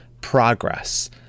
progress